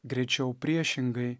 greičiau priešingai